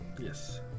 Yes